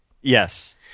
Yes